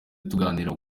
tuganira